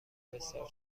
بسیار